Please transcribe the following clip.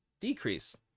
decrease